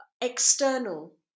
external